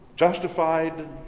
Justified